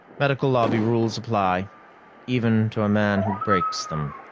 medical lobby rules apply even to a man who breaks them.